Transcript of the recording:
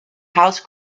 house